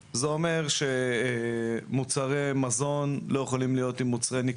זה המון שקיות שאנו נאלצים לארוז משלוח בצורה מסוימת.